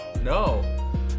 No